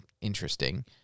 interesting